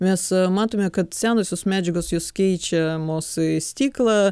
mes matome kad senosios medžiagos jos keičiamos į stiklą